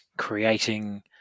creating